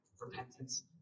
repentance